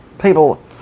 people